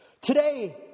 Today